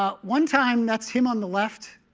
ah one time, that's him on the left.